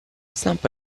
stampa